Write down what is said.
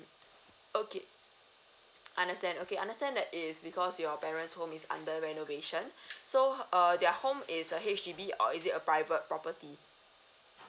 okay understand okay understand that is because your parents home is under renovation so err their home is a H_D_B or is it a private property